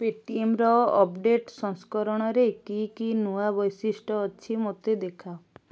ପେଟିଏମ୍ର update ସଂସ୍କରଣରେ କି କି ନୂଆ ବୈଶିଷ୍ଟ୍ୟ ଅଛି ମୋତେ ଦେଖାଅ